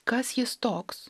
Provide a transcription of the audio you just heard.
kas jis toks